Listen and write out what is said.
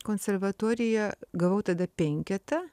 konservatoriją gavau tada penketą